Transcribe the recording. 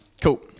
Cool